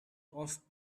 off